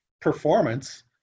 performance